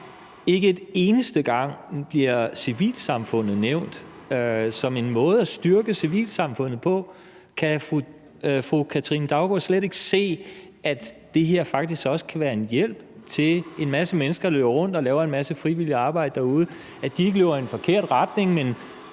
Ikke en eneste gang bliver kulturen nævnt som en måde at styrke civilsamfundet på. Kan fru Katrine Daugaard slet ikke se, at det her faktisk også kan være en hjælp til, at en masse mennesker, der løber rundt og laver en masse frivilligt arbejde derude, ikke løber i en forkert retning, men